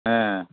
ஆ